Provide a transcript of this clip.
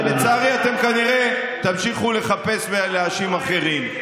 ולצערי, אתם כנראה תמשיכו לחפש להאשים אחרים.